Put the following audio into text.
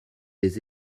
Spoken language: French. des